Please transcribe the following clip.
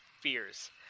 fears